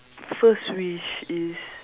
first wish is